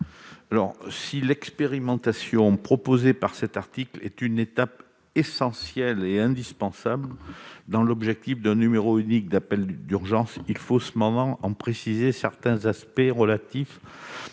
Si l'expérimentation proposée dans cet article est une étape essentielle et indispensable pour atteindre l'objectif d'un numéro unique d'appel d'urgence, il faut cependant préciser certains aspects relatifs